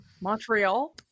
Montreal